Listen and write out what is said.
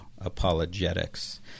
apologetics